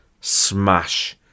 smash